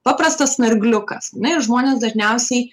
paprastas snargliukas ar ne ir žmonės dažniausiai